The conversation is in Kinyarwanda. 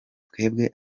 twebwe